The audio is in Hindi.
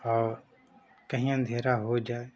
और कहीं अन्धेरा हो जाए